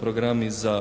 programi za